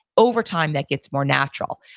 over time that gets more natural.